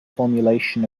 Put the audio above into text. formulation